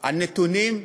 על נתונים,